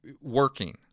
working